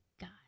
God